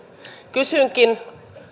kysynkin